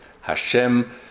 Hashem